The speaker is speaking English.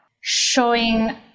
showing